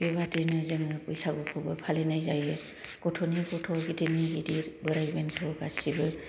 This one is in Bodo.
बेबादिनो जोङो बैसागुखौबो फालिनाय जायो गथ'नि गथ' गिदिरनि गिदिर बोराइ बेनथ' गासिबो